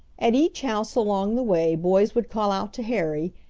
at each house along the way boys would call out to harry,